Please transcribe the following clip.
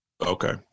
Okay